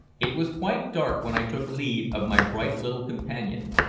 it was quite dark when i took leave of my bright little companion,